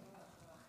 תודה רבה.